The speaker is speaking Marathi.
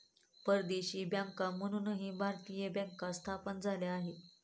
परदेशी बँका म्हणूनही भारतीय बँका स्थापन झाल्या आहेत